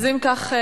אם כך,